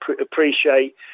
appreciate